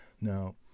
Now